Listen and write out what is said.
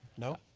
no.